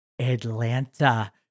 Atlanta